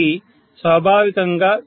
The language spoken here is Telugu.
కాబట్టి స్వాభావికంగా 2